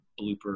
blooper